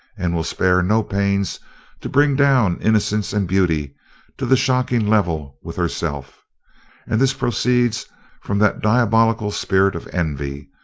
and will spare no pains to bring down innocence and beauty to the shocking level with herself and this proceeds from that diabolical spirit of envy,